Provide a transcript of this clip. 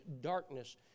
darkness